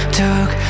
took